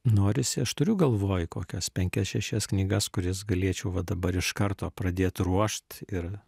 norisi aš turiu galvoj kokias penkias šešias knygas kurias galėčiau va dabar iš karto pradėt ruošt ir